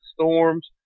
storms